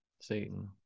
Satan